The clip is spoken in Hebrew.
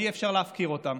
אי-אפשר להפקיר אותם.